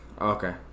Okay